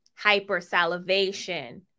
hypersalivation